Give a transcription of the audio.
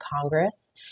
Congress